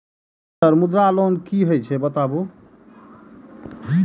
Sir Mudra loan की हे छे बताबू?